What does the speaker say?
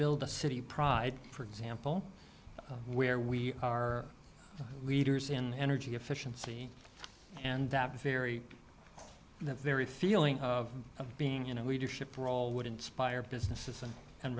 build a city pride for example where we are leaders in energy efficiency and that very very feeling of of being in a leadership role would inspire businesses and